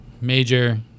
major